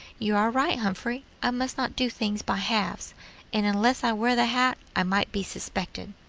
you are right, humphrey, i must not do things by halves and unless i wear the hat, i might be suspected.